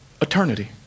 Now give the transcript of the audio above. eternity